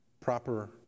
proper